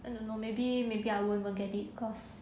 I don't know maybe maybe I won't even get it cause